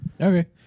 Okay